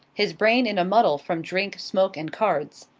his brain in a muddle from drink, smoke, and cards.